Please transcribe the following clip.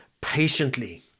patiently